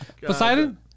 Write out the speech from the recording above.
Poseidon